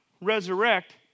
resurrect